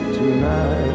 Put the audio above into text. tonight